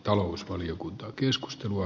arvoisa puhemies